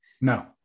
No